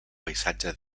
paisatge